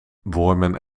wormen